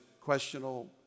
questionable